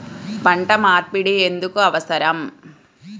పంట మార్పిడి ఎందుకు అవసరం?